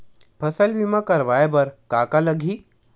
फसल बीमा करवाय बर का का लगही?